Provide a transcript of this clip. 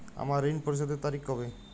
আমার ঋণ পরিশোধের তারিখ কবে?